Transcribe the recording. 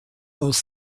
aus